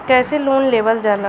कैसे लोन लेवल जाला?